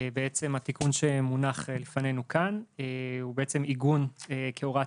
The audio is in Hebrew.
בעצם התיקון שמונח לפנינו כאן הוא בעצם עיגון כהוראת